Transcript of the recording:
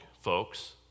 folks